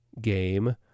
game